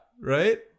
right